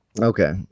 Okay